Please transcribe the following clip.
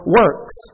works